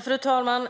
Fru talman!